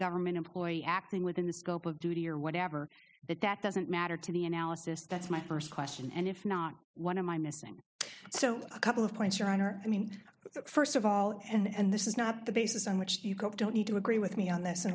government employee acting within the scope of duty or whatever but that doesn't matter to me analysis that's my first question and if not one of my missing so a couple of points your honor i mean first of all and this is not the basis on which you got don't need to agree with me on this